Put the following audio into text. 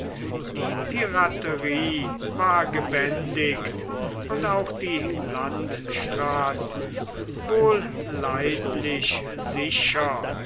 die piraterie war gebändigt und auch die landstraßen wohl leidlich sicher